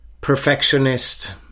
perfectionist